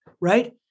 right